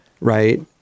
right